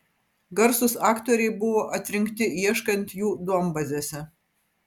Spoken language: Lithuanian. garsūs aktoriai buvo atrinkti ieškant jų duombazėse